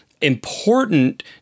important